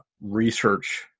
research